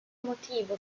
motivo